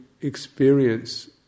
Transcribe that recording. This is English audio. experience